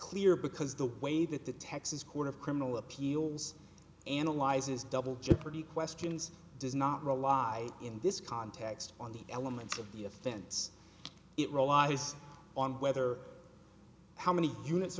clear because the way that the texas court of criminal appeals analyzes double jeopardy questions does not rely in this context on the elements of the offense it relies on whether how many units